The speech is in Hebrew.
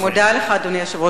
אני מודה לך, אדוני היושב-ראש.